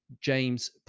James